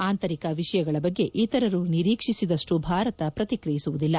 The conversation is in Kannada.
ಆಂತರಿಕ ವಿಷಯಗಳ ಬಗ್ಗೆ ಇತರರು ನಿರೀಕ್ಷಿಸಿದಷ್ಟು ಭಾರತ ಪ್ರತಿಕ್ರಿಯಿಸುವುದಿಲ್ಲ